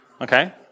Okay